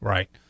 Right